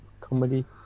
comedy